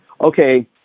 okay